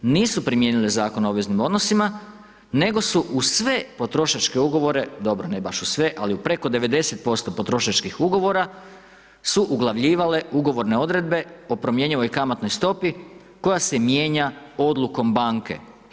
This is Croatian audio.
Nisu primijenile Zakon o obveznim odnosima nego su uz sve potrošačke ugovore, dobro ne baš u sve ali u preko 90% potrošačkih ugovora su uglavljivale ugovorne odredbe o promjenjivoj kamatnoj stopi koja se mijenja odlukom banke.